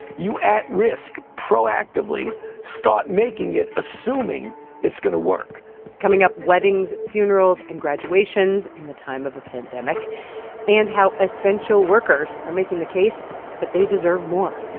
you at risk, proactively start making it, assuming it's going to work coming up, weddings, funerals and graduations in the time of a pandemic and how essential workers are making the case that they deserve more.